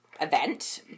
event